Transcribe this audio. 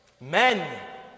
Men